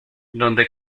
donde